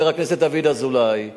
חבר הכנסת דוד אזולאי,